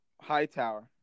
Hightower